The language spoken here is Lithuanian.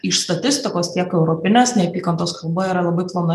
iš statistikos tiek europinės neapykantos kalba yra labai plona